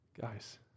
Guys